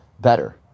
better